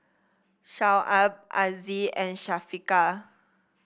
Shoaib Aziz and Syafiqah